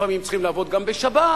לפעמים צריכים לעבוד גם בשבת.